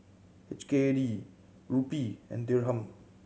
H K D Rupee and Dirham